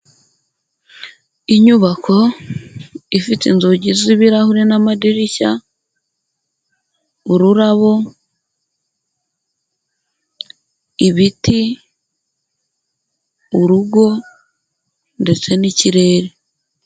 Inyubako ifite inzugi z'ibirahuri n'amadirishya, ururabo ibiti ,urugo ndetse n'kirere.